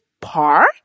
par